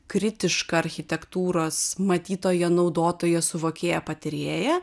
kritišką architektūros matytoją naudotoją suvokėją patarėją